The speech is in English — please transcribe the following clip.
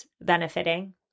benefiting